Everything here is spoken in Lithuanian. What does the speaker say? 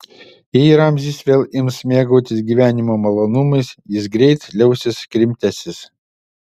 jei ramzis vėl ims mėgautis gyvenimo malonumais jis greit liausis krimtęsis